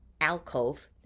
alcove